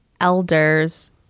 elders